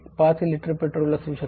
15 litre petrol असू शकते